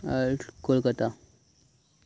ᱟᱨ Kolkata